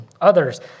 others